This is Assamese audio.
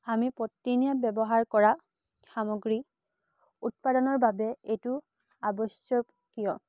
আমি প্ৰতিদিনে ব্যৱহাৰ কৰা সামগ্ৰী উৎপাদনৰ বাবে এইটো আৱশ্যকীয়